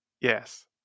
Yes